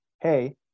Hey